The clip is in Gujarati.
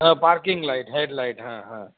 હા પાર્કિંગ લાઈટ હેડ લાઈટ હા હા